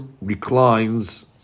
reclines